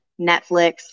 Netflix